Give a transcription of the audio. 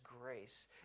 grace